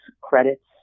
credits